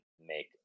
make